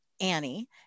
Annie